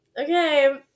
Okay